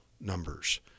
numbers